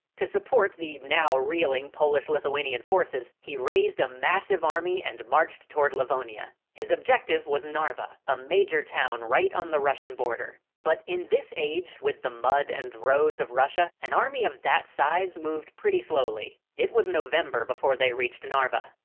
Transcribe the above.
to support the now reeling polish-lithuanian forces, he raised a massive army and marched toward livonia. his objective was narva, a major town right on the russian border but in this age, with the mud and roads of russia, an army of that size moved pretty slowly. it was november before they reached narva.